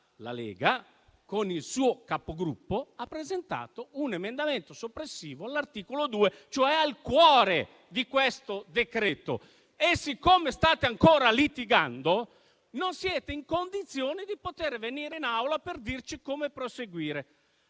la Lega, con il suo Capogruppo, ha presentato un emendamento soppressivo dell'articolo 2, cioè del cuore di questo decreto. Siccome state ancora litigando, non siete in condizione di venire in Aula per dirci come proseguire.